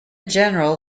general